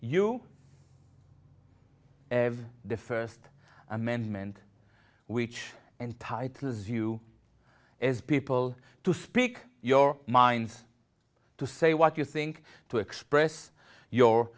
have the first amendment which and titles you as people to speak your mind to say what you think to express your